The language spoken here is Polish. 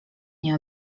nie